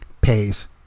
pays